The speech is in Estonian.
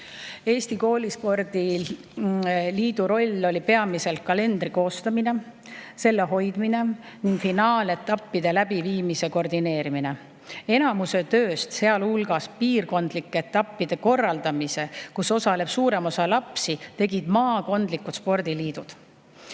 Eesti Koolispordi Liidu roll oli peamiselt kalendri koostamine, selle hoidmine ning finaaletappide läbiviimise koordineerimine. Enamuse tööst, sealhulgas piirkondlike etappide korraldamise, kus osaleb suurem osa lapsi, tegid maakondlikud spordiliidud.